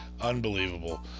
unbelievable